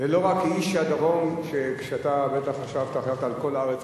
ולא רק כאיש הדרום, אתה בוודאי חשבת על כל הארץ.